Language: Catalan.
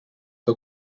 que